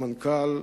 למנכ"ל,